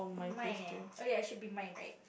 mine eh ya should be mine right